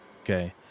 okay